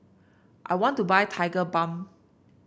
I want to buy Tigerbalm